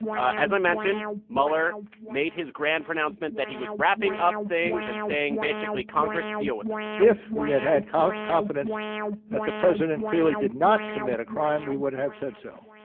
as i mentioned, mueller made his grand pronouncement that he was wrapping up things and saying, basically, congress, deal with it if we had had kind of confidence that the president clearly did not commit a crime, we would have said so.